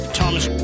Thomas